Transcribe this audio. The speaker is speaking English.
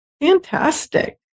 fantastic